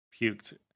puked